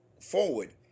forward